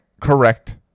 correct